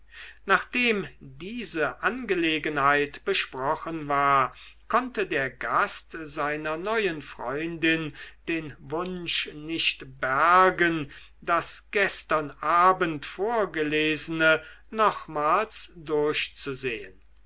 nachdem diese angelegenheit besprochen war konnte der gast seiner neuen freundin den wunsch nicht bergen das gestern abend vorgelesene nochmals durchzusehen